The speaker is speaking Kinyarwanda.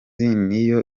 niyo